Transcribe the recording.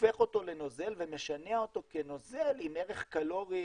הופך אותו לנוזל ומשנע אותו כנוזל עם ערך קלורי